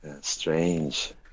strange